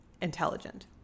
intelligent